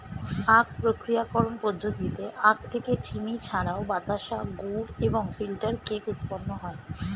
আখ প্রক্রিয়াকরণ পদ্ধতিতে আখ থেকে চিনি ছাড়াও বাতাসা, গুড় এবং ফিল্টার কেক উৎপন্ন হয়